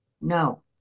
no